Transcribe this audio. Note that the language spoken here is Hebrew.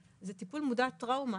זה טיפול מיודע-טראומה.